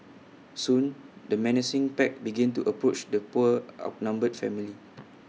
soon the menacing pack began to approach the poor outnumbered family